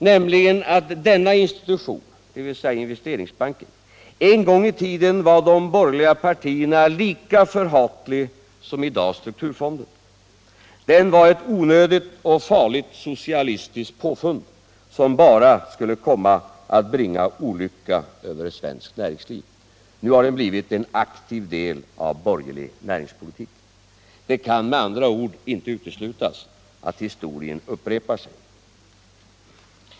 nämligen att denna institution — dvs. Investeringsbanken —- en gång i tiden var de borgerliga partierna lika förhatlig som i dag strukturfonden. Den Finansdebatt Finansdebatt var ett onödigt och farligt socialistiskt påfund, som bara skulle komma att bringa olycka över svenskt näringsliv. Nu har den blivit en aktiv del av borgerlig näringspolitik. Det kan med andra ord inte uteslutas att historien upprepar sig.